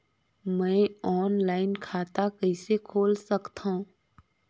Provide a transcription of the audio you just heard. मैं ऑनलाइन खाता कइसे खोल सकथव?